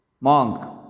Monk